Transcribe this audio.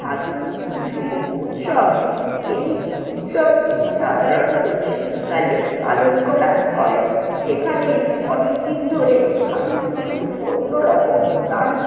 ভাদু টুসু উৎসব এই উৎসবটি সাধারণত শীতকালে পালন করা হয় এখানে অনেকদিন ধরে ভাদু টুসুর অন্যরকম গান